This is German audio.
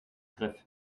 griff